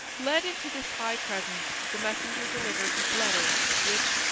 led into this high presence the messenger delivered his letter, which,